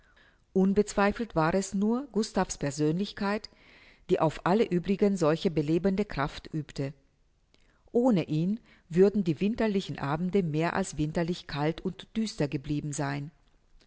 unbezweifelt war es nur gustav's persönlichkeit die auf alle uebrigen solche belebende kraft übte ohne ihn würden die winterlichen abende mehr als winterlich kalt und düster geblieben sein